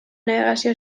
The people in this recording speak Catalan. navegació